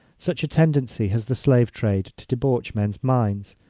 such a tendency has the slave-trade to debauch men's minds,